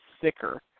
thicker